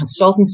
consultancy